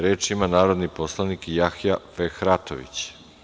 Reč ima narodni poslanik Jahja Fehratović.